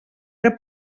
era